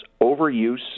overuse